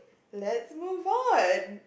let's move on